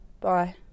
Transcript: Bye